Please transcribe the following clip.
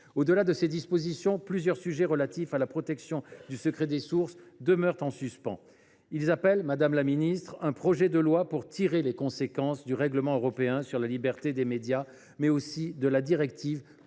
Au delà de ces dispositions, plusieurs sujets relatifs à la protection du secret des sources demeurent en suspens. Ils appellent, madame la ministre, un projet de loi pour tirer les conséquences du règlement européen sur la liberté des médias, mais aussi de la directive contre les